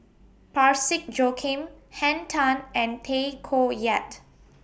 Parsick Joaquim Henn Tan and Tay Koh Yat